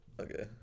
Okay